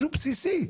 משהו בסיסי.